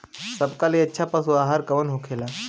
सबका ले अच्छा पशु आहार कवन होखेला?